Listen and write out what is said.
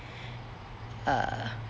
uh